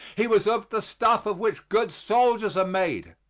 he was of the stuff of which good soldiers are made.